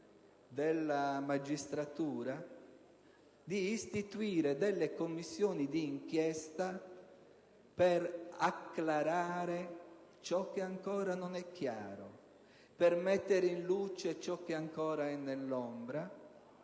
della magistratura, di istituire delle Commissioni di inchiesta per acclarare ciò che ancora non è chiaro, per mettere in luce ciò che ancora è nell'ombra,